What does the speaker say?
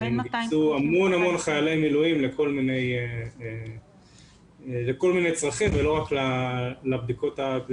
גויסו המון חיילי מילואים לכל מיני צרכים ולא רק לחקירות